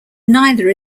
neither